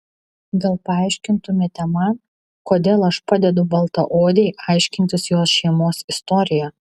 gal paaiškintumėte man kodėl aš padedu baltaodei aiškintis jos šeimos istoriją